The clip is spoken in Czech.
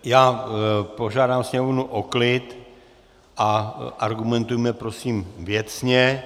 Já požádám sněmovnu o klid a argumentujme, prosím, věcně.